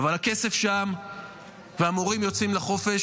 אבל הכסף שם והמורים יוצאים לחופש,